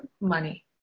money